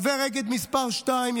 חבר אגד מס' 2,